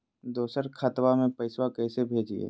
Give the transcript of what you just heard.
दोसर खतबा में पैसबा कैसे भेजिए?